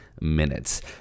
minutes